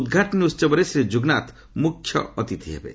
ଉଦ୍ଘାଟନୀ ଉତ୍ସବରେ ଶ୍ରୀ ଜୁଗନାଥ୍ ମୁଖ୍ୟ ଅତିଥି ହେବେ